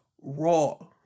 Raw